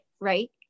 Right